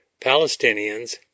Palestinians